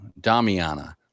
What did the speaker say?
Damiana